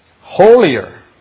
holier